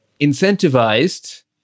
incentivized